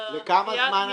לכמה זמן הצו?